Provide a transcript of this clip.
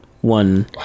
one